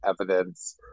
evidence